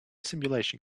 simulation